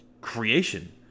creation